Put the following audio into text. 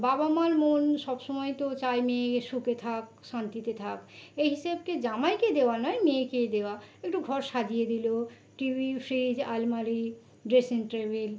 বাবা মার মন সব সমায় তো চায় মেয়ে সুখে থাক শান্তিতে থাক এই হিসেবকে জামাইকে দেওয়া নয় মেয়েকেই দেওয়া একটু ঘর সাজিয়ে দিলো টিভি ফ্রিজ আলমারি ড্রেসিং টেবিল